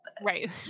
Right